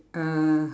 uh